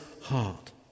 heart